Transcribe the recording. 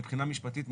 מבחינה משפטית,